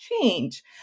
change